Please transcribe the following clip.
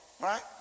right